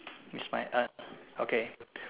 it's my okay